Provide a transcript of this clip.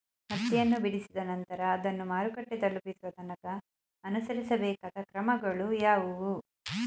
ಹತ್ತಿಯನ್ನು ಬಿಡಿಸಿದ ನಂತರ ಅದನ್ನು ಮಾರುಕಟ್ಟೆ ತಲುಪಿಸುವ ತನಕ ಅನುಸರಿಸಬೇಕಾದ ಕ್ರಮಗಳು ಯಾವುವು?